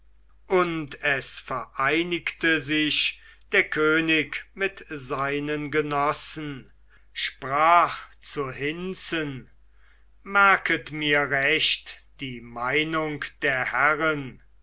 und es vereinigte sich der könig mit seinen genossen sprach zu hinzen merket mir recht die meinung der herren